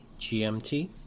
GMT